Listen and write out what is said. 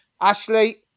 Ashley